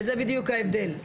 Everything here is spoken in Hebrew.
וזה בדיוק ההבדל.